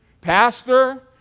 Pastor